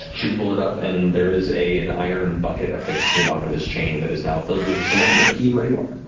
you pull it up and there is an iron bucket affixed to the bottom of this chain that is now filled with somewhat murky, muddy water.